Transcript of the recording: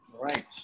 Right